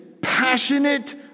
passionate